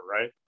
right